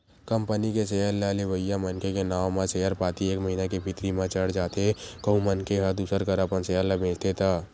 company के share ल लेवइया मनखे के नांव म सेयर पाती एक महिना के भीतरी म चढ़ जाथे कहूं मनखे ह दूसर करा अपन सेयर ल बेंचथे त